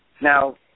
Now